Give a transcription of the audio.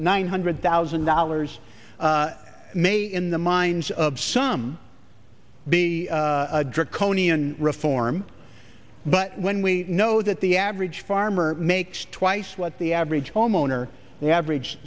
one hundred thousand dollars may in the minds of some be a draconian reform but when we know that the average farmer makes twice what the average homeowner the average